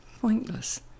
pointless